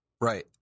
Right